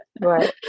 right